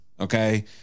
okay